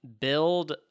build